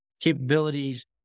capabilities